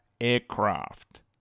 aircraft